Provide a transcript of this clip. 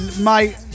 Mate